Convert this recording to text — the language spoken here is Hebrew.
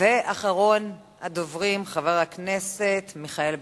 ואחרון הדוברים, חבר הכנסת מיכאל בן-ארי.